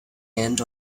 end